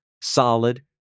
solid